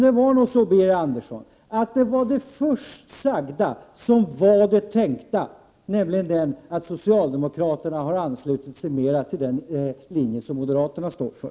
Det var nog så, Birger Andersson, att det var det först sagda som var det tänkta, nämligen att socialdemokraterna har anslutit sig mera till den linje som moderaterna står för.